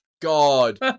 God